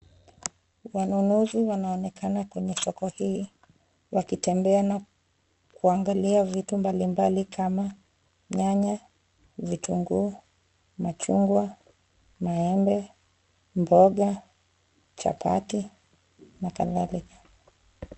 Wanunuzi wanaonekana kwenye soko hili wakitembea na kuangalia vitu mbalimbali kama nyanya, vitunguu, machungwa, maembe, mboga, chapati na kadhalika.